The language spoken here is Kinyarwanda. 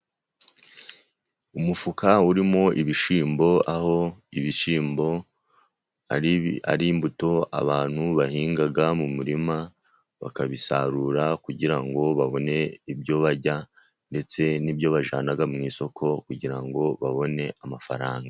Umufuka urimo ibishyimbo, aho ibishyimbo ari imbuto abantu bahinga mu murima, bakabisarura kugira ngo babone ibyo barya ndetse n'ibyo bajyana mu isoko kugira ngo babone amafaranga.